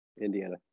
Indiana